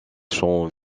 champs